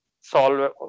solve